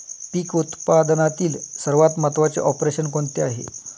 पीक उत्पादनातील सर्वात महत्त्वाचे ऑपरेशन कोणते आहे?